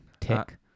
Tick